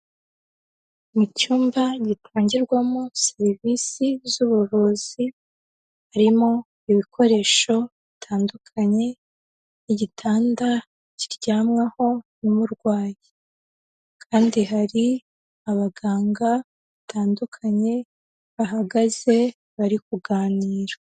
Mu cyumba gitangirwamo serivisi z'ubuvuzi, harimo ibikoresho bitandukanye igitanda kiryamwaho n'umurwayi kandi hari abaganga batandukanye bahagaze bari kuganira.